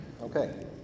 Okay